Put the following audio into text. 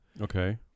Okay